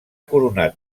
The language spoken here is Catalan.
coronat